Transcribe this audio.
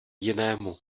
jinému